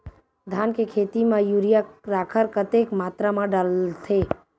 धान के खेती म यूरिया राखर कतेक मात्रा म डलथे?